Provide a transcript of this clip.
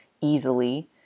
easily